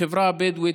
החברה הבדואית,